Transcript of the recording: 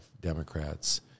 Democrats